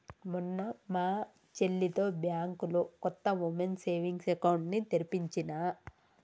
మొన్న మా చెల్లితో బ్యాంకులో కొత్త వుమెన్స్ సేవింగ్స్ అకౌంట్ ని తెరిపించినా